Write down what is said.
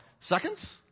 seconds